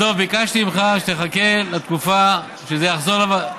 דב, ביקשתי ממך שתחכה תקופה, עכשיו,